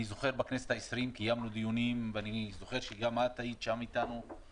אני זוכר שבכנסת ה-20 קיימנו דיונים ואני זוכר שגם את היית שם אתנו,